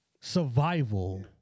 survival